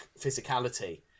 physicality